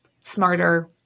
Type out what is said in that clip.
smarter